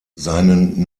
seinen